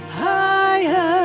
higher